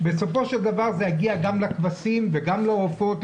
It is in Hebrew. בסופו של דבר זה יגיע גם לכבשים וגם לעופות,